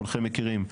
כולכם מכירים,